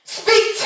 speak